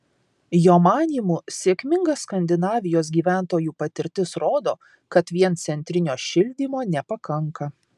jo manymu sėkminga skandinavijos gyventojų patirtis rodo kad vien centrinio šildymo nepakanka